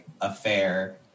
affair